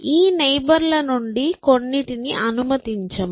ఈ నైబర్ ల నుండి కొన్నింటిని అనుమతించము